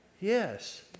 Yes